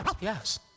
Yes